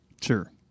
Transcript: Sure